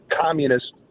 communist